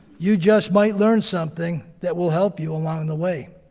you just might learn something that will help you along the way.